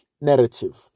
narrative